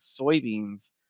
soybeans